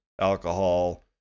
alcohol